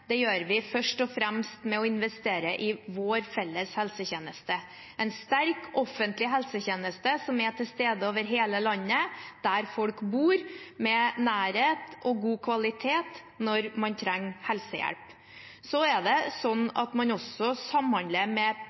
gjør vi først og fremst ved å investere i vår felles helsetjeneste – en sterk, offentlig helsetjeneste som er til stede over hele landet der folk bor, med nærhet og god kvalitet når man trenger helsehjelp. Man samhandler også med private for å oppnå akkurat det.